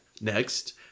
Next